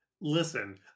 Listen